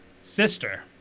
sister